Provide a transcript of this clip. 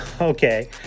Okay